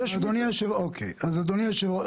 אדוני היושב ראש,